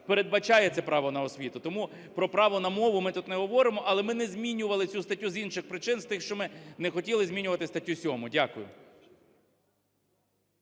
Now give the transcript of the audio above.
передбачає це право на освіту. Тому про право на мову ми тут не говоримо, але ми не змінювали цю статтю з інших причин, з тих, що ми не хотіли змінювати статтю 7. Дякую.